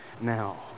now